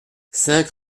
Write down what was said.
cinq